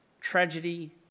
tragedy